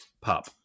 pop